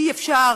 אי-אפשר